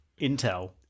intel